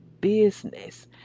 business